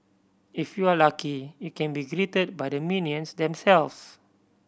if you're lucky you can be greeted by the minions themselves